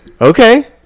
okay